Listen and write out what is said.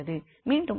மீண்டும் அதே நிலை